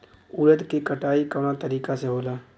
उरद के कटाई कवना तरीका से होला?